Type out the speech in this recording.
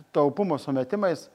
taupumo sumetimais